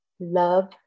love